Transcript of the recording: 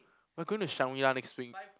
we're going to Shangri-La next week